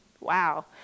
wow